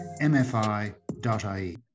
mfi.ie